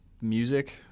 music